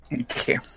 Okay